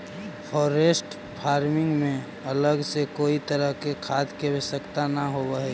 forest farming में अलग से कोई तरह के खाद के आवश्यकता न होवऽ हइ